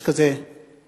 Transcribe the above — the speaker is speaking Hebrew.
יש כזה פתגם.